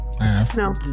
No